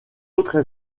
autres